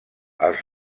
als